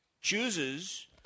chooses